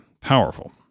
powerful